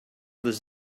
this